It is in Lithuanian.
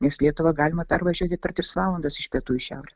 nes lietuvą galima pervažiuoti per tris valandas iš pietų į šiaurę